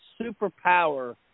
superpower